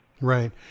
Right